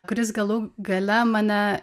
kuris galų gale mane